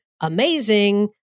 amazing